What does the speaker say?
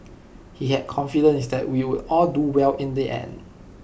he had confidence that we would all do well in the end